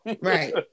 Right